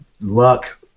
luck